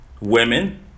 women